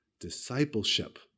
discipleship